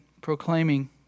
proclaiming